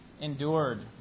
endured